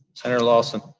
senator lawson?